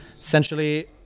essentially